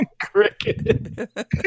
Cricket